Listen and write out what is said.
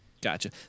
Gotcha